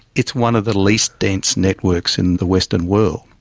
it's one of the least dense networks in the western world,